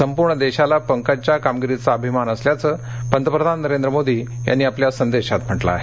संपूर्ण देशाला पंकजच्या कामगिरीचा अभिमान असल्याचं पंतप्रधान नरेंद्र मोदी यांनी आपल्या ट्वीटर संदेशात म्हटलं आहे